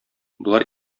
болар